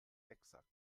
exakt